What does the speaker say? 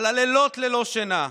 על הלילות ללא שינה,